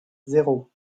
zéro